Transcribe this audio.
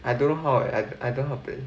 I don't know how at I don't know how to play